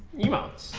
emotes